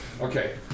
Okay